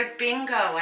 bingo